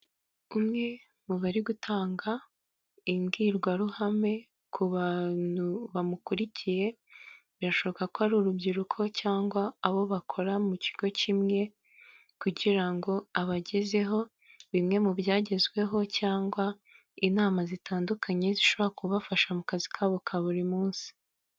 Umwe mu bari gutanga imbwirwaruhame ku bantu bamukurikiye birashoboka ko ari urubyiruko cyangwa abo bakora mu kigo kimwe kugira ngo abagezeho bimwe mu byagezweho cyangwa inama zitandukanye zishobora kubafasha mu kazi kabo ka buri munsi.